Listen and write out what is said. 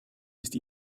ist